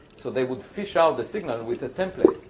so they would fish out the signal with a template,